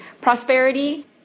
prosperity